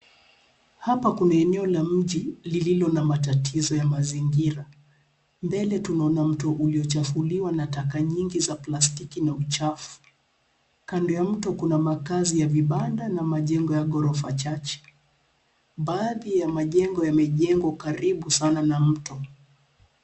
Hapa kuna eneo la mji lililo na matatizo ya mazingira. Mbele tunaona mto uliochafuluwa na taka nyingi za plastiki na uchafu. Kando ya mto kuna makaazi ya mabanda na majengo chache. Baadhi ya majengo yamejengwa karibu sana na mto.